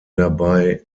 dabei